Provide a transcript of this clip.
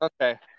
Okay